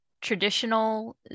traditional